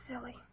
silly